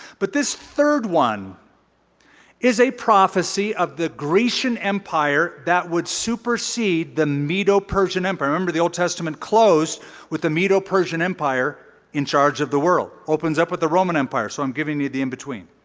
but this third one is a prophecy of the grecian empire that would supersede the medo persian empire. remember, the old testament closed with the medo persian empire in charge of the world. opens up with the roman empire. so i'm giving you the in-between.